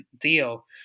deal